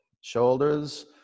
shoulders